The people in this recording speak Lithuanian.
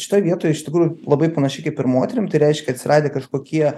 šitoj vietoj iš tikrųjų labai panašiai kaip ir moterim tai reiškia atsiradę kažkokie